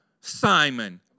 Simon